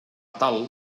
tal